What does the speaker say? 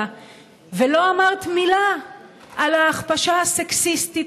ולא אמרת מילה על ההכפשה הסקסיסטית,